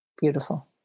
Beautiful